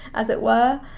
as it were,